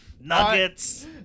Nuggets